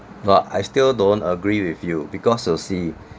but I still don't agree with you because you see